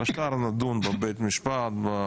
על השאר נדון בבית המשפט.